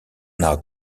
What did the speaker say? now